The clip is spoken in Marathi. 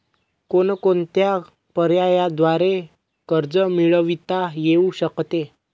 कोणकोणत्या पर्यायांद्वारे कर्ज मिळविता येऊ शकते?